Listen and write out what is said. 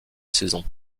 saison